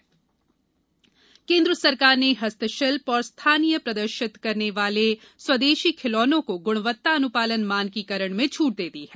हस्तशिल्प केंद्र सरकार ने हस्तशिल्प और स्थानीय प्रदर्शित करने वाले स्वदेशी खिलौनों को गुणवत्ता अनुपालन मानकीकरण में छूट दे दी है